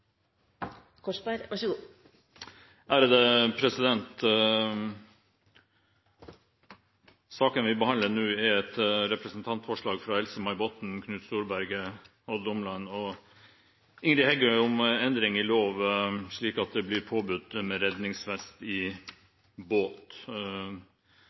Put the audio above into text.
Knut Storberget, Odd Omland og Ingrid Heggø om endring i lov, slik at det blir påbudt med redningsvest